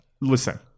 Listen